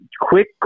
Quick